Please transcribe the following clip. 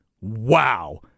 wow